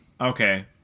Okay